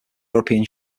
european